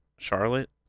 charlotte